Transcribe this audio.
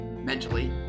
mentally